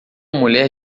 mulher